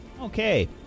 okay